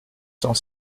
sans